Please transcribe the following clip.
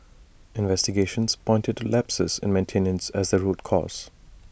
investigations pointed to lapses in maintenance as the root cause